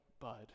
bud